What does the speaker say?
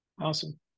Awesome